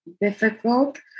difficult